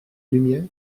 lumière